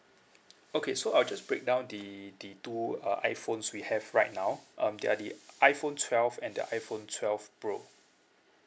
okay so I'll just break down the the two uh iphones we have right now um they're the iphone twelve and the iphone twelve pro